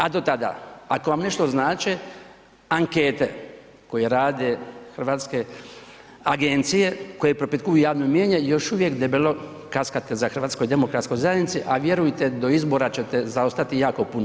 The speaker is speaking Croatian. A do tada ako vam nešto znače ankete koje rade hrvatske agencije koje propitkuju javno mnijenje, još uvijek debelo kaskate za HDZ-om, a vjerujte do izbora ćete zaostati jako puno.